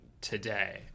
today